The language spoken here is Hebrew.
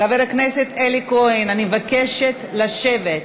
חבר הכנסת אלי כהן, אני מבקשת לשבת.